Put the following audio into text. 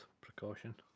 precaution